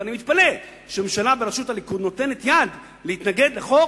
ואני מתפלא שממשלה בראשות הליכוד נותנת יד להתנגד לחוק